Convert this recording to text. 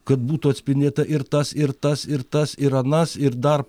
kad būtų atspindėta ir tas ir tas ir tas ir anas ir dar